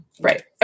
Right